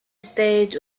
stage